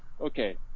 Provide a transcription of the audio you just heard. okay